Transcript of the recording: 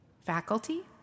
Faculty